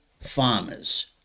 farmers